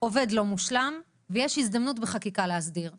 עובד באופן לא מושלם, ויש הזדמנות להסדיר בחקיקה.